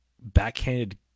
backhanded